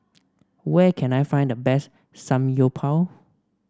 where can I find the best Samgyeopsal